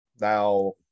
now